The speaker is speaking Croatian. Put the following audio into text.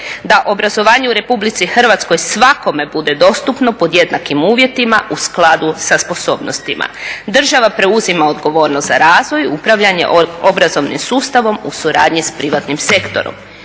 da obrazovanje u Republici Hrvatskoj svakome bude dostupno pod jednakim uvjetima u skladu sa sposobnostima. Država preuzima odgovornost za razvoj, upravljanje obrazovnim sustavom u suradnji s privatnim sektorom.